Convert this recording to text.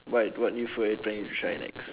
what what new food are you planning to try next